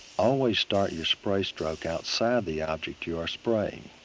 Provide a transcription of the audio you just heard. always start your spray stroke outside the object you are spraying.